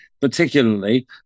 particularly